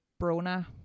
Brona